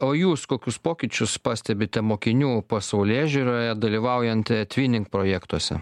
o jūs kokius pokyčius pastebite mokinių pasaulėžiūroje dalyvaujant etvinink projektuose